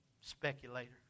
Speculator